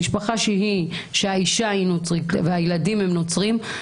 משפחה שהאישה היא נוצרית והילדים נוצרים,